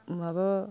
माबा